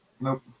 Nope